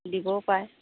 দিবও পাৰে